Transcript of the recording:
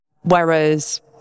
whereas